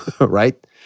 Right